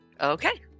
Okay